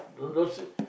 don't don't say